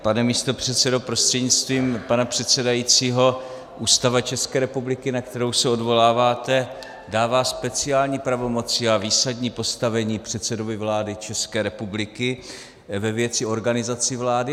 Pane místopředsedo prostřednictvím pana předsedajícího, Ústava České republiky, na kterou se odvoláváte, dává speciální pravomoci a výsadní postavení předsedovi vlády České republiky ve věci organizace vlády.